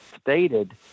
stated